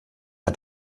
hat